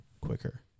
quicker